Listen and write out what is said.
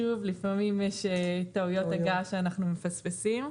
לפעמים יש טעויות הגהה שאנחנו מפספסים,